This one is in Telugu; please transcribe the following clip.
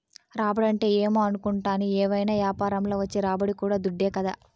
రాబడంటే ఏమో అనుకుంటాని, ఏవైనా యాపారంల వచ్చే రాబడి కూడా దుడ్డే కదా